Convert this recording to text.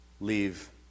leave